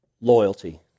Loyalty